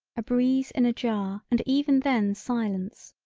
a breeze in a jar and even then silence,